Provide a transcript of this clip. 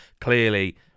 clearly